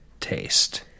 taste